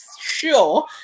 sure